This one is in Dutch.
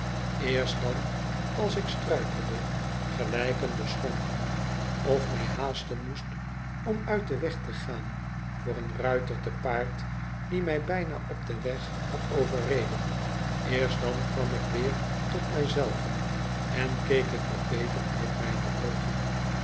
kerst dan als ik struikelde gelijk een beschonkene of mij haasten moest om uit den weg te gaan voor een ruiter te paard die mij bijna op den weg had overreden eerst dan kwam ik weer tot mij zelven en keek ik wat beter uit mijne oogen